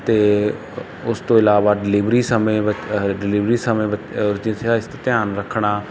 ਅਤੇ ਉਸ ਤੋਂ ਇਲਾਵਾ ਡਲਿਵਰੀ ਸਮੇਂ ਬ ਡਲਿਵਰੀ ਸਮੇਂ ਇਸ ਦਾ ਧਿਆਨ ਰੱਖਣਾ